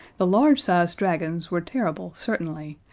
the large-size dragons were terrible certainly,